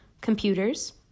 computers